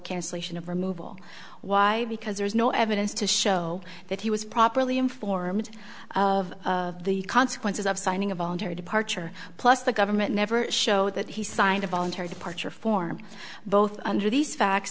cancellation of removal why because there is no evidence to show that he was properly informed of the consequences of signing a voluntary departure plus the government never show that he signed a voluntary departure form both under these facts